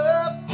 up